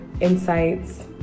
insights